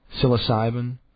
psilocybin